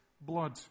blood